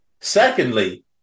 Secondly